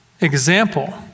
example